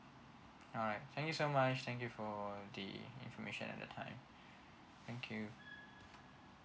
alright thank you so much thank you for the information and the time thank you